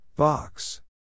Box